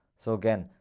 so again,